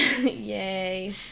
Yay